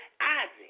Isaac